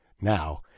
Now